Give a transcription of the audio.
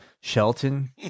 Shelton